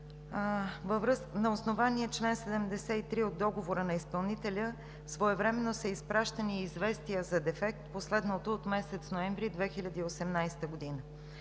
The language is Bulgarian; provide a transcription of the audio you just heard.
На основание чл. 73 от договора на изпълнителя своевременно са изпращани известия за дефект – последното от месец ноември 2018 г.